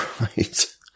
Right